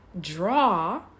draw